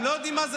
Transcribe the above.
אני מודה לך.